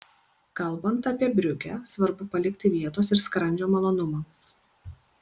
kalbant apie briugę svarbu palikti vietos ir skrandžio malonumams